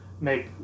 make